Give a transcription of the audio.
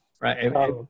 right